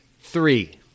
Three